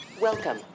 Welcome